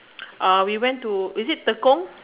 uh we went to is it Tekong